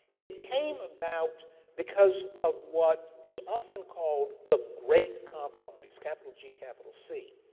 it came about because of what is often called the great compromise, capital g, capital c,